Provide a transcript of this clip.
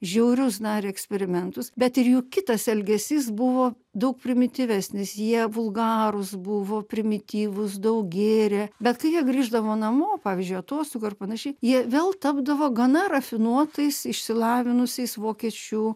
žiaurius darė eksperimentus bet ir jų kitas elgesys buvo daug primityvesnis jie vulgarūs buvo primityvūs daug gėrė bet kai jie grįždavo namo pavyzdžiui atostogų ar panašiai jie vėl tapdavo gana rafinuotais išsilavinusiais vokiečių